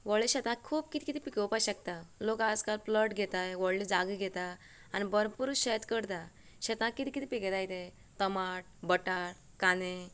व्हडले शेतांत खूब कितें कितें पिकोवपाक शकतात लोक आयज काल प्लोट घेताय व्हडले जागे घेतात आनी भरपूर शेत करता शेतांत कितें कितें पिकयताय ते टमाट बटाट कांदे